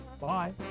Bye